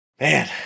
man